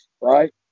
right